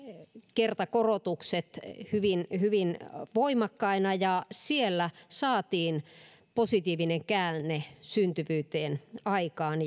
kertakorotukset hyvin hyvin voimakkaina ja ja siellä saatiin positiivinen käänne syntyvyyteen aikaan